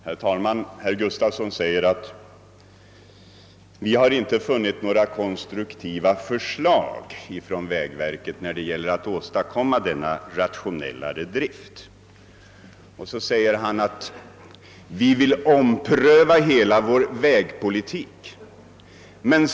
Herr talman! Herr Gustafson i Göteborg säger att man inte har funnit några konstruktiva förslag från vägverket för att åstadkomma en mera rationell drift, och så säger han att man vill ompröva hela vår vägpolitik.